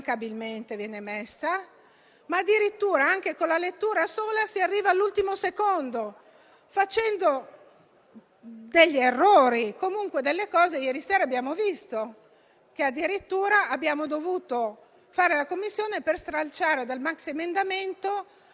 che il tempo è finito e anche alla luce di quello che è successo nel corso della trattazione del decreto, non ci saranno più buon senso e comprensione. Utilizzeremo tutti gli strumenti che il Regolamento del Senato ci offre e contiene